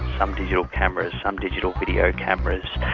some digital cameras, some digital video cameras,